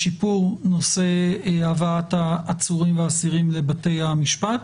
לשיפור נושא הבאת העצורים והאסירים לבתי המשפט.